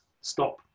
stop